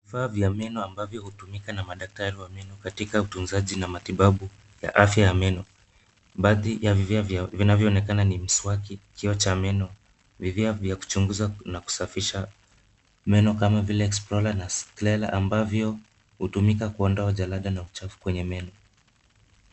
Vifaa vya meno ambavyo hutumika na madaktari wa meno katika utunzaji na matibabu ya afya ya meno. Baadhi ya vifaa vinavyo onekana ni mswaki, kioo cha meno ,vifaa vya kuchunguza na kusafisha meno kama vile explorer na sclera ambavyo hutumika kuondoa jalada na uchafu kwenye meno .